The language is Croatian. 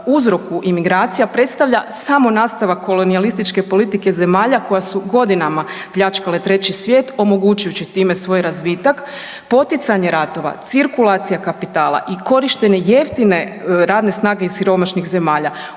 uzroku imigracija predstavlja samo nastavak kolonijalističke politike zemalja koja su godinama pljačkale treći svijet omogućujući time svoj razvitak, poticanje ratova, cirkulacija kapitala i korištenje jeftine radne snage iz siromašnih zemalja